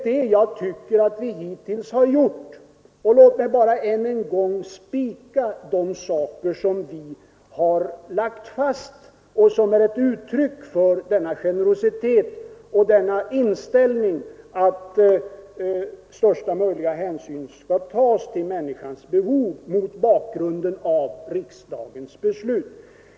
Låt mig avslutningsvis sammanfatta med att än en gång spika de åtgärder som vi vidtagit och vidtar. De är ett uttryck för generositet och inställningen att största möjliga hänsyn skall tas till människans behov mot bakgrund av riksdagens beslut.